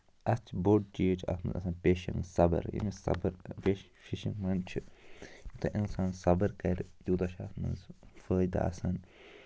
اَتھ چھُ بوٚڈ چیٖز چھِ اَتھ منٛز آسان پیشَنٕس صبر ییٚمِس صبر فِش فِشَنگ منٛز چھِ تہٕ اِنسان صبر کَرِ تیوٗتاہ چھُ اَتھ منٛز فٲیدٕ آسان